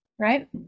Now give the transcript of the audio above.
right